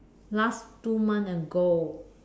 last two months ago